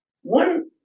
one